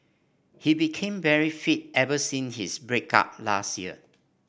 he became very fit ever sin his break up last year